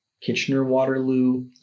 Kitchener-Waterloo